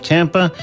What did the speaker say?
Tampa